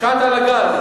שאלת על הגז.